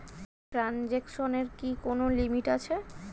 ট্রানজেকশনের কি কোন লিমিট আছে?